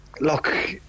Look